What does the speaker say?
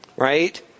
Right